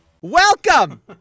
Welcome